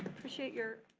appreciate your.